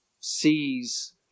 sees